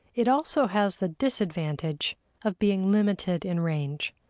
it also has the disadvantage of being limited in range.